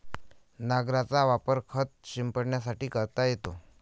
नांगराचा वापर खत शिंपडण्यासाठी करता येतो